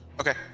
okay